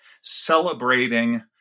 celebrating